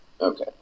Okay